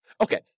Okay